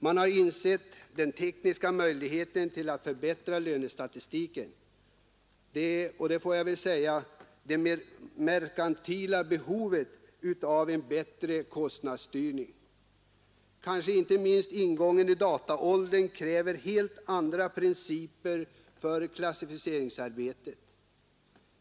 Man har insett den tekniska möjligheten att förbättra lönestatistiken och det låt mig säga merkantila behovet av en bättre kostnadsstyrning. Kanske inte minst ingången i dataåldern kräver helt andra principer för klassificeringsarbetet.